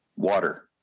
Water